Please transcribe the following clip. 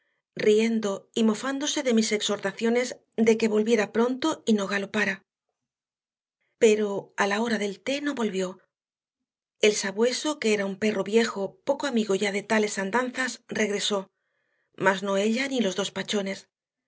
riendo y mofándose de mis exhortaciones de que volviera pronto y no galopara pero a la hora del té no volvió el sabueso que era un perro viejo poco amigo ya de tales andanzas regresó mas no ella ni los dos pachones